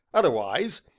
otherwise,